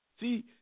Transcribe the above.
see